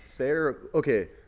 Okay